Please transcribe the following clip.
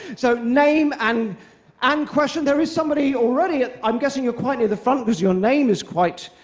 so name and um question. there is somebody already, i'm guessing you're quite near the front, because your name is quite